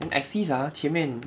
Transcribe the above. and axis ah 前面